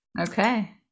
Okay